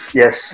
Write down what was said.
yes